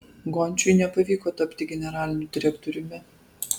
gončiui nepavyko tapti generaliniu direktoriumi